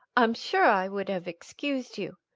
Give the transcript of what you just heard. i'm sure i would have excused you.